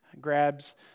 grabs